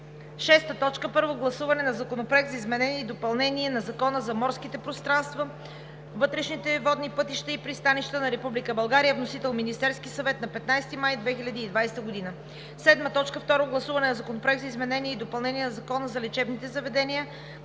2020 г. 5. Първо гласуване на Законопроекта за изменение и допълнение на Закона за морските пространства, вътрешните водни пътища и пристанищата на Република България. Вносител – Министерският съвет на 15 май 2020 г. 6. Второ гласуване на Законопроекта за изменение и допълнение на Закона за лечебните заведения.